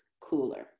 cooler